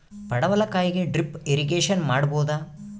ಪಡವಲಕಾಯಿಗೆ drip irrigation ಮಾಡಬೋದ?